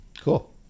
cool